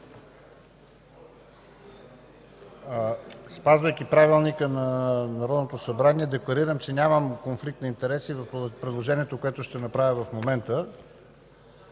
Спазвайки Правилника на Народното събрание, декларирам, че нямам конфликт на интереси – по повод предложението, което ще направя в момента.